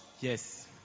yes